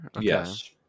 Yes